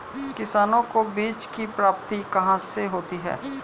किसानों को बीज की प्राप्ति कहाँ से होती है?